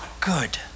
good